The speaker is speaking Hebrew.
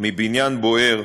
מבניין בוער,